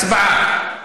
הצבעה.